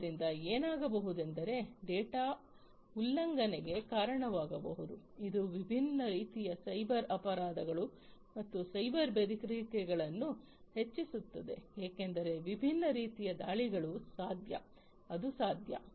ಆದ್ದರಿಂದ ಏನಾಗಬಹುದೆಂದರೆ ಡೇಟಾ ಉಲ್ಲಂಘನೆಗೆ ಕಾರಣವಾಗಬಹುದು ಇದು ವಿಭಿನ್ನ ರೀತಿಯ ಸೈಬರ್ ಅಪರಾಧಗಳು ಮತ್ತು ಸೈಬರ್ ಬೆದರಿಕೆಗಳನ್ನು ಹೆಚ್ಚಿಸುತ್ತದೆ ಏಕೆಂದರೆ ವಿಭಿನ್ನ ರೀತಿಯ ದಾಳಿಗಳು ಸಾಧ್ಯ ಅದು ಸಾಧ್ಯ